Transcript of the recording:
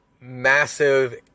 massive